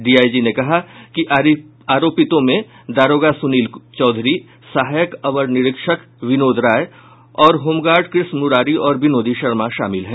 DIG ने कहा कि आरोपितों में दारोगा सुनील चौधरी सहायक अवर निरीक्षक एएसआइ विनोद राय और होमगार्ड कृष्ण मुरारी और विनोदी शर्मा शामिल हैं